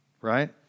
right